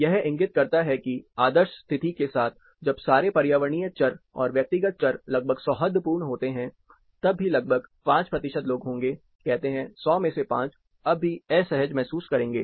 यह इंगित करता है कि आदर्श स्थिति के साथ जब सारे पर्यावरणीय चर और व्यक्तिगत चर लगभग सौहार्दपूर्ण होते हैं तब भी लगभग 5 प्रतिशत लोग होंगे कहते हैं कि सौ में से 5 अभी भी असहज महसूस करेंगे